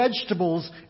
vegetables